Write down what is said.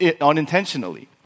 unintentionally